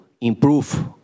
improve